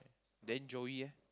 then Joey eh